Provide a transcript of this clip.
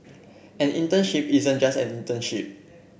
an internship isn't just an internship